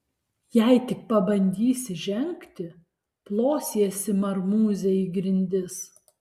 jei tik pabandysi žengti plosiesi marmūze į grindis